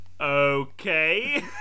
Okay